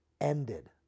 ended